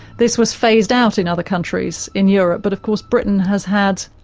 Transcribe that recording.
this was phased out in other countries in europe, but of course britain has had,